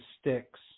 sticks